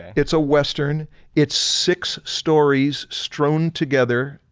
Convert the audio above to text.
it's a western it's six stories strone together,